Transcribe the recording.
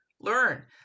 learn